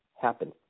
happen